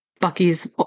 Bucky's